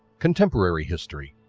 contemporary history